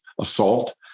assault